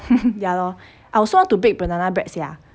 ya lor I also want to bake banana bread sia